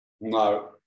No